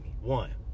one